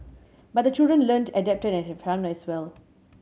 but the children learnt adapted and had fun as well